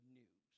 news